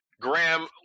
Graham